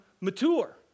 mature